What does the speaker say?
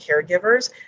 caregivers